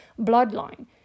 bloodline